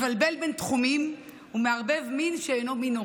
מבלבל בין תחומים ומערבב מין בשאינו מינו,